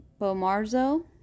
Bomarzo